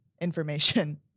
information